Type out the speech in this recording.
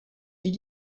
are